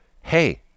hey